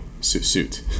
suit